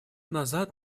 назад